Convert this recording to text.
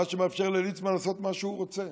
מה שמאפשר לליצמן לעשות מה שהוא רוצה,